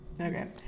Okay